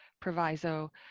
proviso